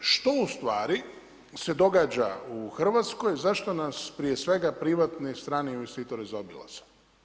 Što ustvari se događa u Hrvatskoj, zašto nas prije svega privatni i strani investitori zaobilazi.